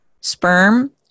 sperm